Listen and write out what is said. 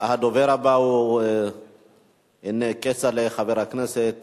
הדובר הבא הוא כצל'ה, חבר הכנסת